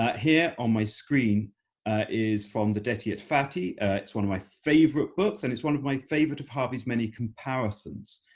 here on my screen is from the detti et fatti it's one of my favorite books and it's one of my favorite of harvey's many comparisons.